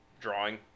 drawing